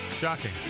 Shocking